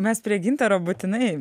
mes prie gintaro būtinai